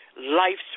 life's